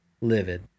Livid